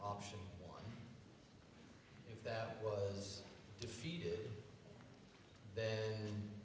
option if that was defeated then